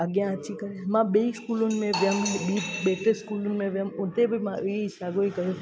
अॻियां अची करे मां ॿई स्कूलुनि में वियमि बि ॿिए टे स्कूलुनि में वियमि उते बि मां ई साॻियो ई कयो